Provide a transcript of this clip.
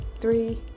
three